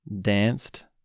danced